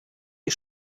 die